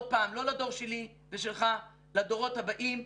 לא לדור שלי ושלך, לדורות הבאים,